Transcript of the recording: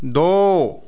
दो